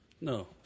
No